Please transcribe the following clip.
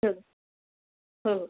हो हो